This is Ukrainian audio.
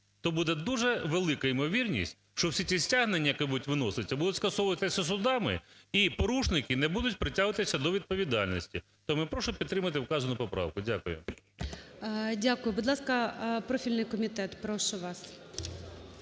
то буде дуже велика ймовірність, що всі ці стягнення, які будуть виноситися, будуть скасовуватися судами і порушники не будуть притягуватися до відповідальності. Тому прошу підтримати вказану поправку. Дякую. ГОЛОВУЮЧИЙ. Дякую. Будь ласка, профільний комітет прошу вас.